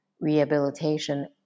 rehabilitation